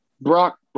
Brock